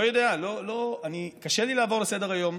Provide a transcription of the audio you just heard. לא יודע, קשה לי לעבור לסדר-היום.